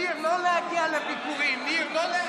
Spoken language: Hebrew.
אני לא, ניר, לא להגיע לביקורים, ניר.